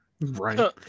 Right